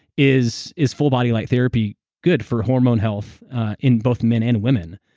is is full body light therapy good for hormone health in both men and women?